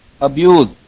abuse